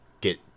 get